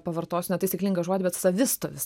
pavartosiu netaisyklingą žodį bet savistovis